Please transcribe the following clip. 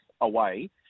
away